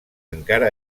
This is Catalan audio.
encara